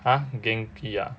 !huh! genki ah